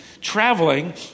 traveling